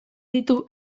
ditu